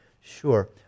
Sure